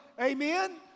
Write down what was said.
Amen